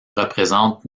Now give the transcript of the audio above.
représente